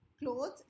clothes